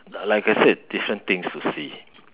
like I said different things to see